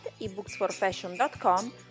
ebooksforfashion.com